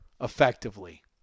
effectively